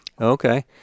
Okay